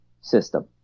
system